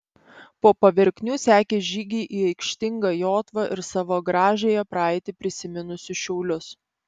po paverknių sekė žygiai į aikštingą jotvą ir savo gražiąją praeitį prisiminusius šiaulius